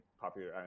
popular